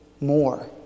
more